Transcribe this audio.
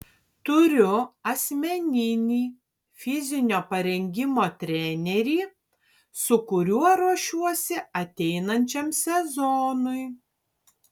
turiu asmeninį fizinio parengimo trenerį su kuriuo ruošiuosi ateinančiam sezonui